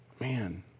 Man